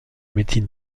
médecine